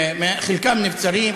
חלקם נבצרים,